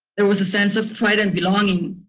there was a sense of pride and belonging.